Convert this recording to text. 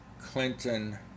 Clinton